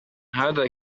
هذا